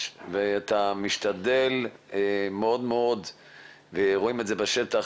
ואתה משתדל מאוד מאוד ורואים את זה בשטח,